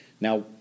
Now